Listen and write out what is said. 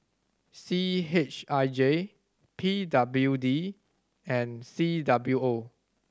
C H I J P W D and C W O